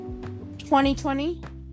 2020